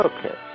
Okay